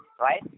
right